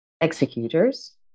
executors